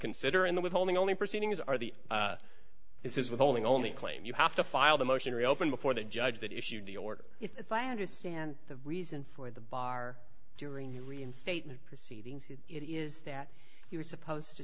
consider in the withholding only proceedings are the this is withholding only claim you have to file the motion to reopen before the judge that issued the order if i understand the reason for the bar during reinstatement proceedings it is that he was supposed to